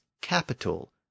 capital